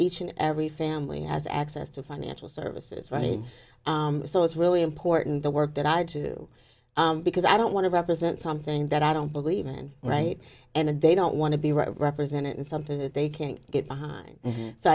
each and every family has access to financial services right so it's really important the work that i do because i don't want to represent something that i don't believe in right and they don't want to be right represented in something that they can't get behind so